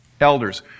Elders